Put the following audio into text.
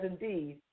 indeed